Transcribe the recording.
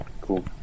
Cool